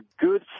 good